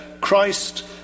Christ